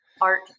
Art